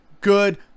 good